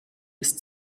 ist